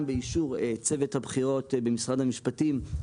גם באישור צוות הבחירות במשרד המשפטים,